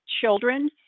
children